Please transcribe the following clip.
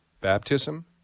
baptism